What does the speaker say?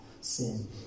sin